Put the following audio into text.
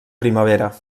primavera